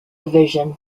division